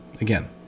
Again